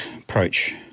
approach